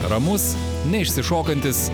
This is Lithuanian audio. ramus neišsišokantis